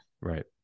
Right